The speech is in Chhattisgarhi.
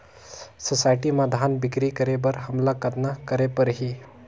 सोसायटी म धान बिक्री करे बर हमला कतना करे परही?